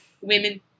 women